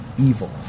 evil